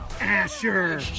Asher